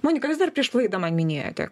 monika jūs dar prieš laidą man minėjote